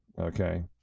Okay